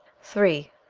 three.